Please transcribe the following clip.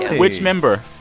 which member?